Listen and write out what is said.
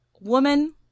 Woman